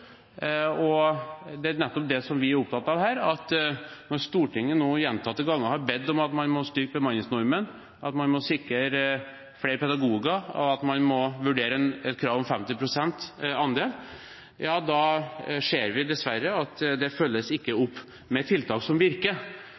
Og det er nettopp det vi er opptatt av her, at når Stortinget nå gjentatte ganger har bedt om at man må styrke bemanningsnormen, at man må sikre flere pedagoger, og at man må vurdere et krav om 50 pst. andel, da ser vi dessverre at det ikke følges opp med tiltak som virker,